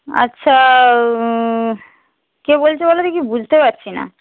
আচ্ছা কে বলছ বলো দেখি বুঝতে পারছি না